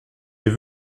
j’ai